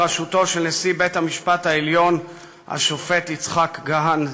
בראשותו של נשיא בית-המשפט העליון השופט יצחק כהן,